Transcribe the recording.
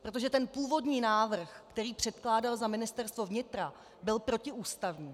Protože ten původní návrh, který předkládal za Ministerstvo vnitra, byl protiústavní.